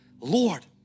Lord